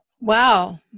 Wow